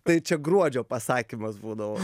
tai čia gruodžio pasakymas būdavo